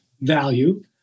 value